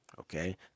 Okay